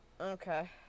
Okay